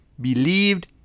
believed